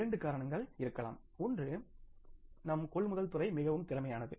இரண்டு காரணங்கள் இருக்கலாம் ஒன்று நம் கொள்முதல் துறை மிகவும் திறமையானது